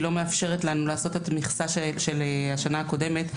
לא מאפשרת לנו לעשות את המכסה של השנה הקודמת,